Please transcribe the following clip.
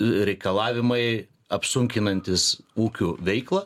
reikalavimai apsunkinantys ūkių veiklą